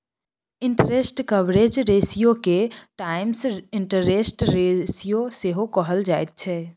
interest coverage रेशियोके times interest ratio सेहो कहल जाइत छै